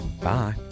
Bye